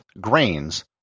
grains